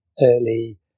early